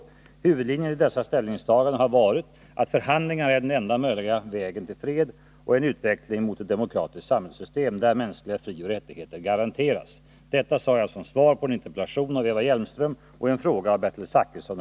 Huvud 131 linjen i dessa ställningstaganden har varit att förhandlingar är den enda möjliga vägen till fred och en utveckling mot ett demokratiskt samhällssystem, där mänskliga frioch rättigheter garanteras. Detta sade jag den 13 februari i år som svar på en interpellation av Eva Hjelmström och en fråga av Bertil Zachrisson.